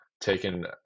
taken